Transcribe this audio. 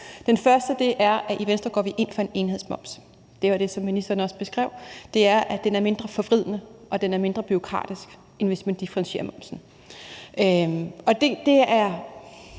Den første er, at i Venstre går vi ind for en enhedsmoms – det var det, som ministeren også beskrev – og det er, fordi den er mindre forvridende og den er mindre bureaukratisk, end hvis man differentierer momsen.